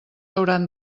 hauran